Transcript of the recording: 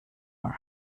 are